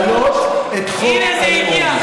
הינה זה הגיע.